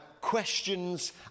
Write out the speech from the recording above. questions